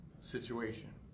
situation